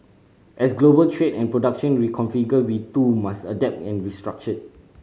as global trade and production reconfigure we too must adapt and restructure